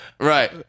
Right